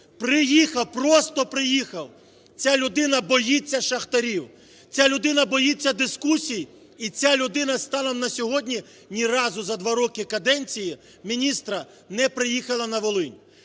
приїхав, просто приїхав. Ця людина боїться шахтарів. Ця людина боїться дискусій, і ця людина станом на сьогодні ні разу за два роки каденції міністра не приїхала на Волинь.